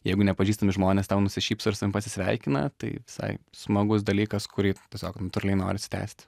jeigu nepažįstami žmonės tau nusišypso ir su tavim pasisveikina tai visai smagus dalykas kurį tiesiog natūraliai norisi tęsti